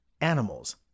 animals